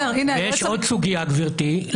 יש עוד סוגיה, גברתי.